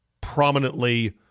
prominently